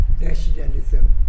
nationalism